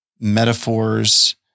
metaphors